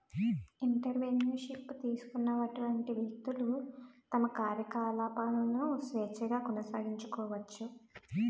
entrepreneur ship తీసుకున్నటువంటి వ్యక్తులు తమ కార్యకలాపాలను స్వేచ్ఛగా కొనసాగించుకోవచ్చు